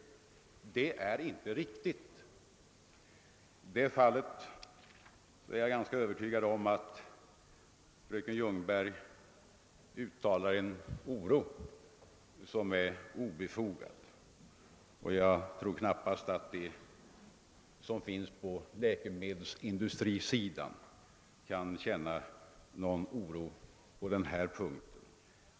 Jag är ganska övertygad om att den oro som fröken Ljungberg uttalat är obefogad, och jag tror inte att det finns någon inom läkemedelsindustrin som kan känna oro på den punkten.